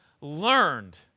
learned